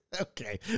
Okay